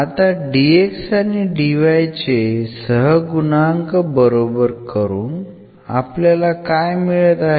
आता dx आणि dy चे सहगुणांक बरोबर करून आपल्याला काय मिळत आहे